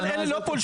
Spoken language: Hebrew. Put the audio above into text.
אבל, אלה לא פולשים.